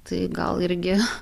tai gal irgi